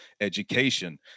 education